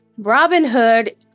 Robinhood